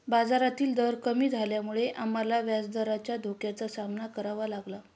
बाजारातील दर कमी झाल्यामुळे आम्हाला व्याजदराच्या धोक्याचा सामना करावा लागला